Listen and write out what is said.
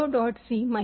C -C gcc hello